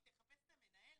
היא תחפש את המנהל?